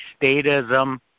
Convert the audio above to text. Statism